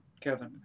Kevin